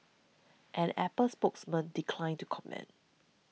an Apple spokesman declined to comment